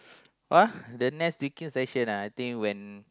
what the next drinking session ah I think when